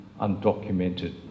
undocumented